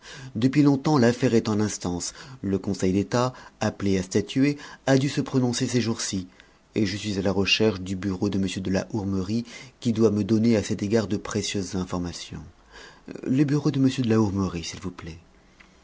depuis longtemps l'affaire est en instance le conseil d'état appelé à statuer a dû se prononcer ces jours-ci et je suis à la recherche du bureau de m de la hourmerie qui doit me donner à cet égard de précieuses informations le bureau de m de la hourmerie s'il vous plaît